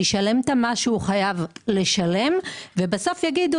ישלם את מה שהוא חייב לשלם ובסוף יגידו